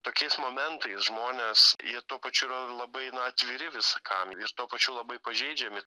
tokiais momentais žmonės jie tuo pačiu yra labai na atviri viskam ir tuo pačiu labai pažeidžiami